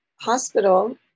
hospital